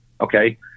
okay